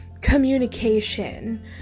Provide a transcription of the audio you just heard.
communication